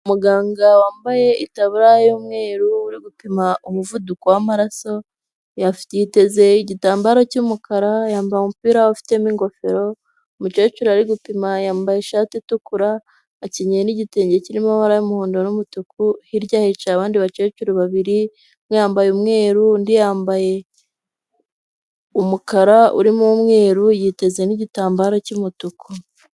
Umuganga wambaye itaburiya y'umweru uri gupima umuvuduko w'amaraso, yiteze igitambaro cy'umukara, yambaye umupira ufitemo ingofero. Umukecuru ari gupima yambaye ishati itukura akenyeye n'igitenge kirimo amabara ry'umuhondo n'umutuku, hirya hicaye abandi bakecuru babiri: umwe yambaye umweru undi yambaye umukara urimo umweru, yiteze n'igitambaro cy'umutuku.